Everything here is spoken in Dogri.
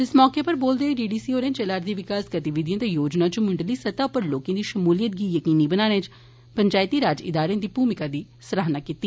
इस मौके उप्पर बोलदे होई डीडीसीहोरें चला र दी विकास गतिविधिएं ते योजना इच मुडली स्तह उप्पर लेकें दी शम्लियत गी यकीनी बनाने इच पंचैती राज इदारे दी भूमिका दी सराहना कीती